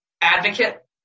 advocate